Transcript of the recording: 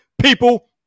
people